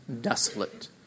desolate